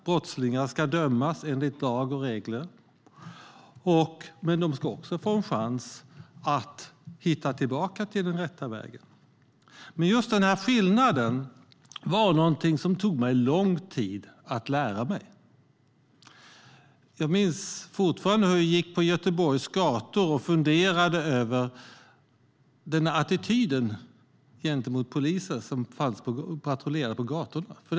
Brottslingar ska sedan dömas enligt lag och regler, men de ska också få en chans att hitta tillbaka till den rätta vägen. Det tog lång tid att lära mig denna skillnad. Jag minns fortfarande hur jag gick på Göteborgs gator och funderade på den attityd som fanns gentemot patrullerande poliser.